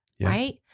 Right